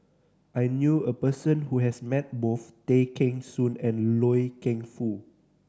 I knew a person who has met both Tay Kheng Soon and Loy Keng Foo